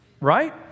right